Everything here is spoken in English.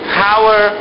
power